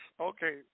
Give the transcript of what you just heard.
Okay